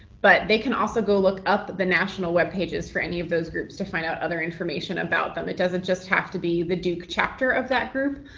but they can also go look up the national webpages for any of those groups to find out other information about them. it doesn't just have to be the duke chapter of that group.